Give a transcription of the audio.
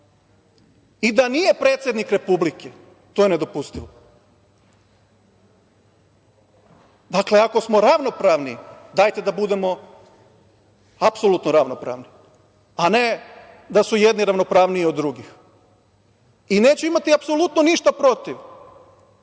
I da nije predsednik Republike, to je nedopustivo. Dakle, ako smo ravnopravni, dajte da budemo apsolutno ravnopravni, a ne da su jedni ravnopravniji od drugih. Neću imati apsolutno ništa protiv